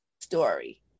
story